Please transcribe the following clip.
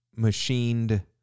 machined